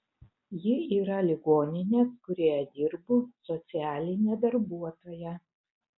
ji yra ligoninės kurioje dirbu socialinė darbuotoja